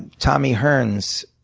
tommy hearns,